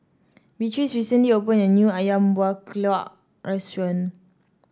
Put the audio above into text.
Beatrice recently opened a new ayam Buah Keluak restaurant